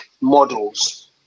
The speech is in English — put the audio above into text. models